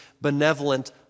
benevolent